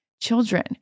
Children